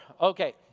Okay